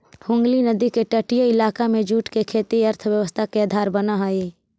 हुगली नदी के तटीय इलाका में जूट के खेती अर्थव्यवस्था के आधार बनऽ हई